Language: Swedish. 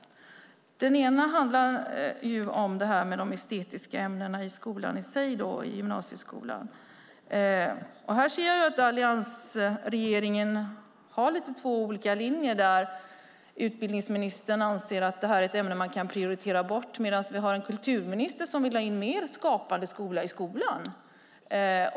Den ena handlar om de estetiska ämnena i gymnasieskolan. Alliansregeringen har två olika linjer. Utbildningsministern anser att det är ämnen som man kan prioritera bort medan kulturministern vill ha in mer Skapande skola i skolan.